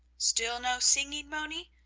still no singing, moni?